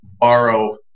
borrow